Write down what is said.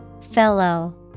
Fellow